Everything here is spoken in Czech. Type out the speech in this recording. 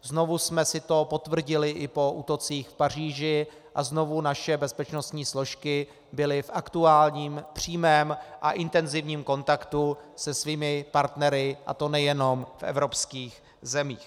Znovu jsme si to potvrdili i po útocích v Paříži a znovu naše bezpečnostní složky byly v aktuálním, přímém a intenzivním kontaktu se svými partnery, a to nejenom v evropských zemích.